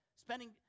Spending